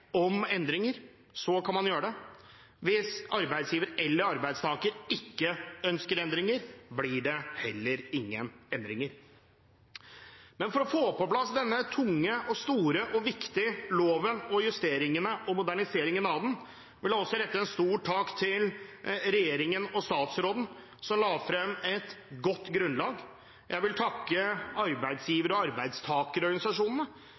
om endringer, så kan man gjøre endringer. Hvis arbeidsgiver eller arbeidstaker ikke ønsker endringer, blir det heller ingen endringer. Jeg vil også rette en stor takk til regjeringen og statsråden, som la frem et godt grunnlag for å få på plass denne tunge, store og viktige loven og justeringene og moderniseringen av den. Jeg vil takke arbeidsgiver- og arbeidstakerorganisasjonene,